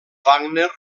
wagner